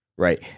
right